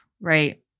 right